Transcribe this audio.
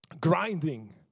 grinding